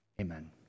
amen